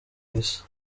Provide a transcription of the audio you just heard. isi